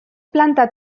planta